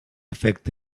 affect